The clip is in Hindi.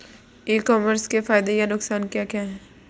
ई कॉमर्स के फायदे या नुकसान क्या क्या हैं?